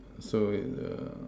so is err